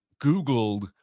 googled